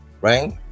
Right